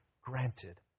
granted